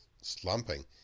slumping